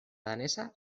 danesa